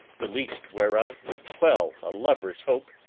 the least whereof would quell a lover's hope,